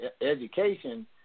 education